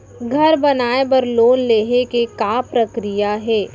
घर बनाये बर लोन लेहे के का प्रक्रिया हे?